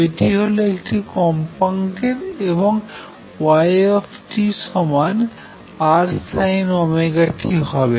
এটি হল একটি কম্পাঙ্কের এবং y সমান Rsinωt হবে